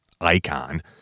icon